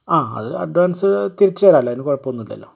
ആ അത് അഡ്വാൻസ് തിരിച്ചു തരാമല്ലൊ അതിനു കുഴപ്പമൊന്നുമില്ലല്ലൊ